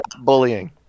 bullying